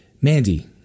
Mandy